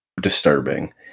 disturbing